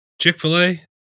Chick-fil-A